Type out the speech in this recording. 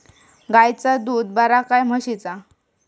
गायचा दूध बरा काय म्हशीचा?